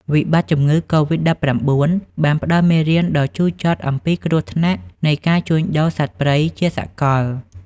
វិបត្តិជំងឺកូវីដ-១៩ បានផ្តល់មេរៀនដ៏ជូរចត់អំពីគ្រោះថ្នាក់នៃការជួញដូរសត្វព្រៃជាសកល។